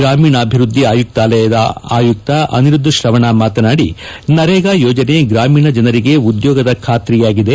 ಗ್ರಾಮೀಣಾಭಿವೃದ್ದಿ ಆಯುಕ್ತಾಲಯದ ಆಯುಕ್ತ ಅನಿರುದ್ದ್ ಶ್ರವಣ ಮಾತನಾಡಿ ನರೇಗಾ ಯೋಜನೆ ಗ್ರಾಮೀಣ ಜನರಿಗೆ ಉದ್ಯೋಗದ ಖಾತ್ರಿಯಾಗಿದೆ